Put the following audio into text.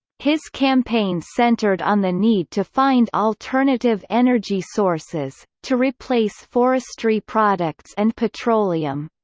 his campaign centred on the need to find alternative energy sources, to replace forestry products and petroleum.